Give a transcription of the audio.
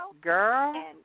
Girl